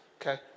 Okay